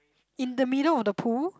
in the middle of the pool